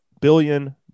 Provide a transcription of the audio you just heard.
billion